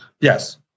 Yes